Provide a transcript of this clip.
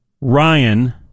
Ryan